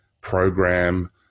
program